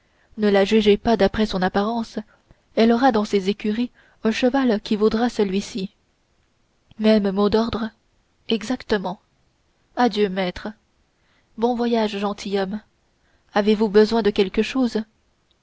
ne la jugez pas d'après son apparence elle aura dans ses écuries un cheval qui vaudra celui-ci même mot d'ordre exactement adieu maître bon voyage gentilhomme avez-vous besoin de quelque chose